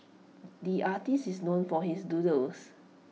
the artist is known for his doodles